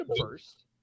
first